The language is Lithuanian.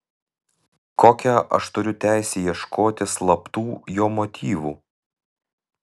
kokią aš turiu teisę ieškoti slaptų jo motyvų